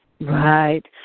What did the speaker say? Right